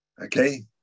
Okay